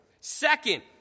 Second